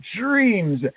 dreams